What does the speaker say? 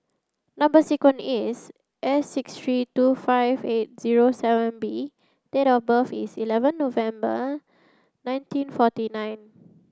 number sequence is S six three two five eight zero seven B and date of birth is eleven November nineteen forty nine